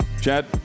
Chad